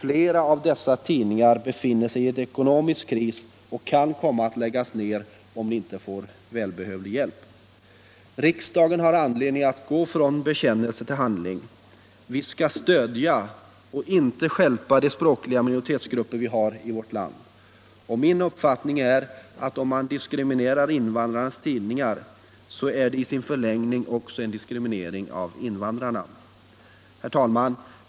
Flera av dessa tidningar befinner sig i ekonomisk kris och kan komma att läggas ned, om de inte får välbehövlig hjälp. Riksdagen har anledning att gå från bekännelse till handling. Vi skall stödja och inte stjälpa de språkliga minoritetsgrupper vi har i vårt land. Och min uppfattning är, att om man diskriminerar invandrarnas tidningar, så är det i sin förlängning också en diskriminering av invandrarna. Herr talman!